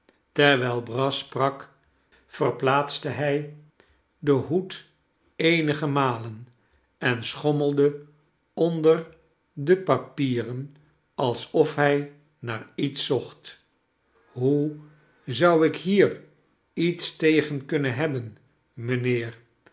terwijl brass sprak verplaatste hij den hoed eenige malen en schommelde onder de papieren alsof hij naar iets zocht hoe zou ik hier iets tegen kunnen hebben mijnheer